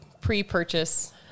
pre-purchase